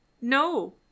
No